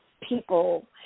people